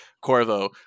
corvo